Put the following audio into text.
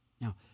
Now